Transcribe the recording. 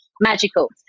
magical